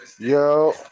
Yo